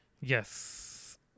Yes